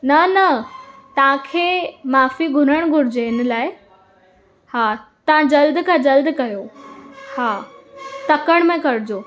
न न तव्हां खे माफ़ी घुरणु घुरिजे इन लाइ हा तव्हां जल्दु खां जल्दु कयो हा तकड़ि में कजो